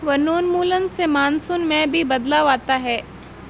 वनोन्मूलन से मानसून में भी बदलाव आता है